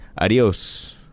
adios